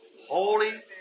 Holy